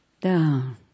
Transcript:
down